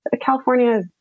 California